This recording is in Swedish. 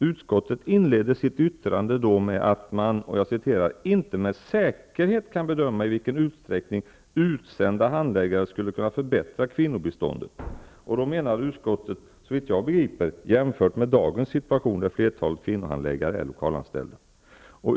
Utskottet inledde sitt yttrande med ''att man inte med säkerhet kan bedöma i vilken utsträckning utsända handläggare skulle kunna förbättra kvinnobiståndet''. Då menar utskottet, såvitt jag begriper, jämfört med dagens situation, där flertalet kvinnohandläggare är lokalanställda.